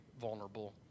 vulnerable